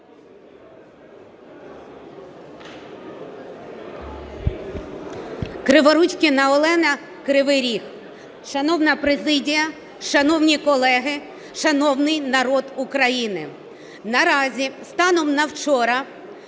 Криворучкіна Олена, Кривий Ріг. Шановна президія, шановні колеги, шановний народ України! На разі станом на вчора